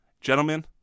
Gentlemen